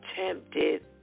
attempted